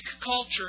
culture